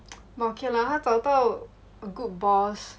but okay lah 她找到 a good boss